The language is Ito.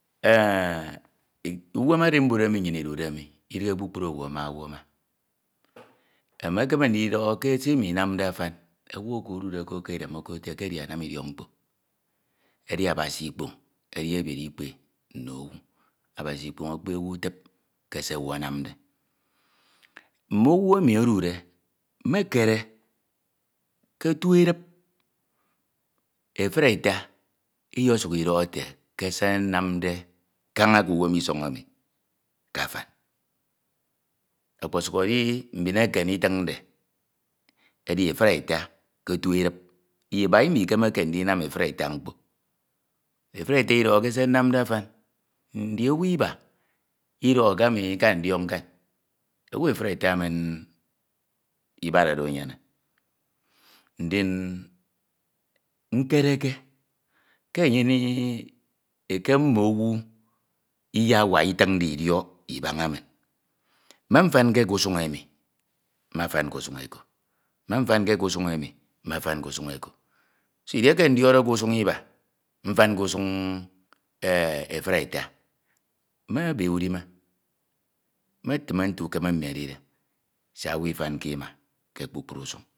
uwem arimbud emi nnyin idude mi idighi kpukpru owu ami owu ama. emekeme ndidọhọ ke ɛe imo inamde ayañ, owu oko edude ko ke edem oko ete ke edianam idiok mkpo. edi Abasi ikpoñ edi ebiere lkpe nno owu. Abasi ikpoñ ekpe owu utip ke ɛe owu anamde. Mme owu enu edude mme kere ke etu edip efudeta nysuk idọhọ ite nnamde kaña ke uwam isoñ emi ke ayam. Okposuk edi mbin ekem itinde edi efundeta ke etu edip, lba imikemeke ndinam efudeta mkpo. Efudeta idoho ke se nnamde afan. Ndi owu iba idọhọ ke ami nka ndiok nkan. Owu efudeta emen ibad oro engene, ndin nkereke ke mme owu iyewok itinde idiọk ibaña. Me mfanke kusun emi me fan ke usuñ eke me mfanke ke usuñ emi mefan kusun eko soo edieke ndiokde k’usuñ lba mfan k’usuñ efudeta, me ebe udime, me time nto ukeme mmi edide siak owu ifanke ima ke kpukpru usuñ Owu onyuñ atinde eti odiọñọ se e kudde ke idem mmi. Ana esuk atin idiok adian fin koro bible ke idem nsie anam nnyin idiọko ke ldiohi kpukpru owu afaama. Ndin nnyin nsuk Ika ndikpe Abasi ubok kpukpru usun, fen mme idiok mkpo ekem koro ubak modioñọ ubak ndiọnọke. Edo me ndiọñọke ndusik ini owu oro ekudde oro odiọñọde ke se nnamde ekedi idiok mkpo, ami ndiọñọke. Ami menyime nte edi anam idiok mkpo koro lkpad mme asaña ufen, ekikere mmi ekeme ndimere idiọk, nnyin ekud mkpo emi mikpenaña ete ekud. Ndin ss mbeñede Abasi edi yak esuk aka isi anwam min nnam eti mkpo mbak etudo mbin emi odiọñọde min ma mbin emi idiọñọde diọño ọdiọrio min nte anam eti mkpo, ikidioño min nta anam idiok mkpo.